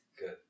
Good